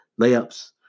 layups